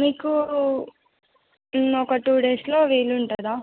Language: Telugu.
మీకు ఒక టూ డేస్లో వీలుంటదా